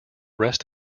rest